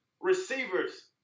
Receivers